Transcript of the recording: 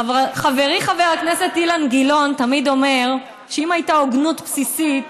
חברי חבר הכנסת אילן גילאון תמיד אומר שאם הייתה הוגנות בסיסית,